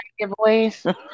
giveaways